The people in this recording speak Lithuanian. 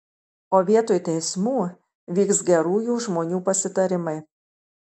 o vietoj teismų vyks gerųjų žmonių pasitarimai